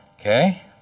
okay